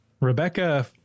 Rebecca